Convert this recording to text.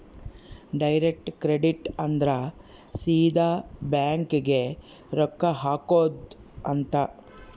direct credit ಅಂದ್ರ ಸೀದಾ bank ಗೇ ರೊಕ್ಕ ಹಾಕೊಧ್ ಅಂತ